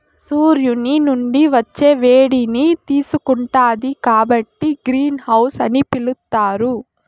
సూర్యుని నుండి వచ్చే వేడిని తీసుకుంటాది కాబట్టి గ్రీన్ హౌస్ అని పిలుత్తారు